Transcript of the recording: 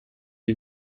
die